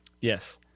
Yes